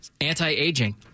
Anti-aging